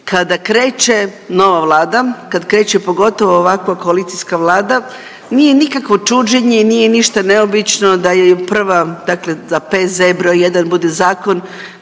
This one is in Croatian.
kada kreće nova Vlada, kad kreće pogotovo ovakva koalicijska Vlada nije nikakvo čuđenje i nije ništa neobično da je i prva, dakle da P.Z. broj 1. bude zakon